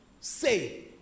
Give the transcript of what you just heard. say